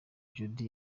jody